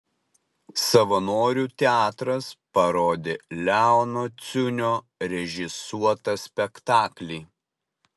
savanorių teatras parodė leono ciunio režisuotą spektaklį